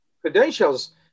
credentials